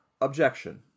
Objection